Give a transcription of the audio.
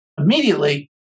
immediately